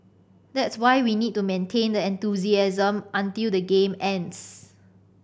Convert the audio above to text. that's why we need to maintain that enthusiasm until the game ends